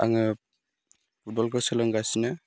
आङो फुटबलखौ सोलोंगासिनो